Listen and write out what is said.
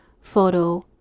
photo